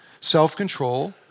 self-control